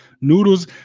noodles